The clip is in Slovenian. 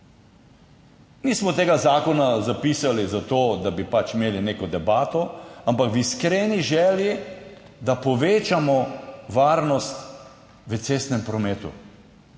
nismo napisali zato, da bi pač imeli neko debato, ampak v iskreni želji, da povečamo varnost v cestnem prometu.